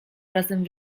razem